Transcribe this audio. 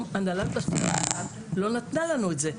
הנהלת בתי המשפט לא נתנה לנו את זה.